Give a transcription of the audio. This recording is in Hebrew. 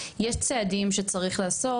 יש צעדים שצריך לעשות.